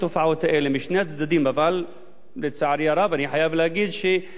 אבל לצערי הרב אני חייב להגיד ש-99% מהמקרים